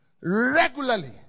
regularly